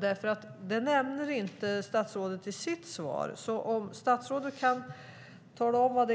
Statsrådet nämnde inte detta i sitt svar. Kan statsrådet tala om vad